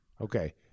Okay